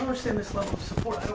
understand this level of support.